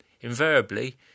invariably